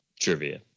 trivia